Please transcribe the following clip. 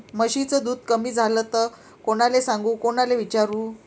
म्हशीचं दूध कमी झालं त कोनाले सांगू कोनाले विचारू?